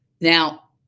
now